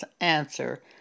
answer